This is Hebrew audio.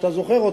שאתה זוכר,